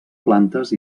plantes